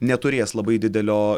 neturės labai didelio